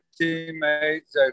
teammates